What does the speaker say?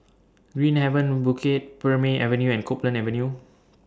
Green Haven Bukit Purmei Avenue and Copeland Avenue